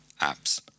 apps